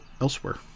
elsewhere